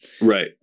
Right